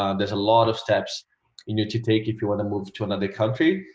um there's a lot of steps you need to take if you want to move to another country.